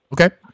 Okay